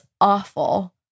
awful